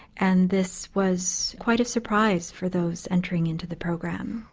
and this was quite a surprise for those entering into the program.